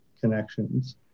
connections